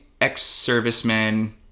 ex-servicemen